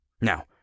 Now